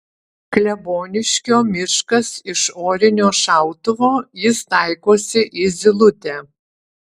kleboniškio miškas iš orinio šautuvo jis taikosi į zylutę